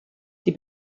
die